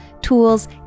tools